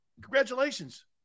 Congratulations